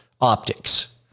optics